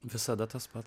visada tas pats